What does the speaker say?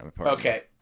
Okay